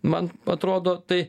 man atrodo tai